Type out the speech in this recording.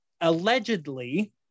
Allegedly